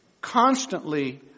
constantly